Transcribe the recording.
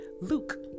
Luke